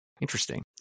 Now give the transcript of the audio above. Interesting